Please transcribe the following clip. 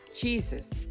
Jesus